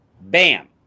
bam